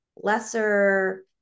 lesser